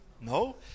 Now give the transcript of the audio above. No